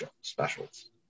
specials